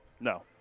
No